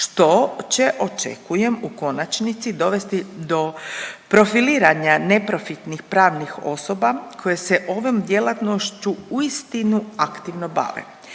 što će očekujem u konačnici dovesti do profiliranja neprofitnih pravnih osoba koje se ovom djelatnošću uistinu aktivno bave.